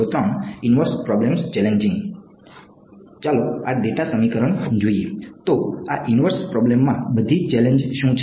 તો આ ઇન્વર્સ પ્રોબ્લેમમાં બધી ચેલેન્જ શું છે